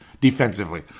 defensively